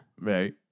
Right